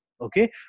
okay